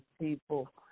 people